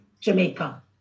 Jamaica